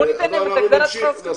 בואו ניתן להם הגדלת שכירות.